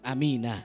Amen